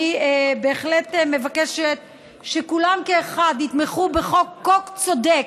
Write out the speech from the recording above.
אני בהחלט מבקשת שכולם כאחד יתמכו בחוק כה צודק,